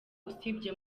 usibye